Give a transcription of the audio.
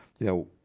you know,